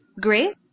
great